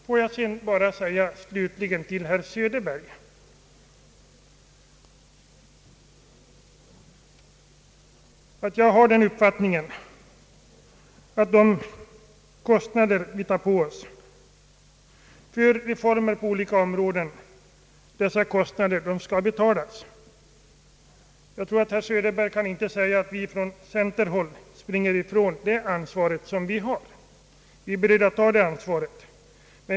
Får jag slutligen bara säga till herr Söderberg, att jag har den uppfattningen att de kostnader som vi tar på oss för reformer på olika områden skall betalas. Jag tror inte herr Söderberg kan säga att vi från centerhåll springer ifrån vårt ansvar därvidlag.